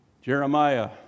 Jeremiah